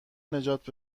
نجات